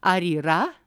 ar yra